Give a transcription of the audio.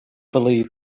believe